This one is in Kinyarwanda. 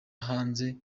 hanze